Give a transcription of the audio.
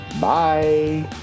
Bye